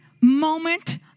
moment